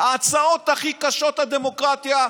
ההצעות הכי קשות לדמוקרטיה,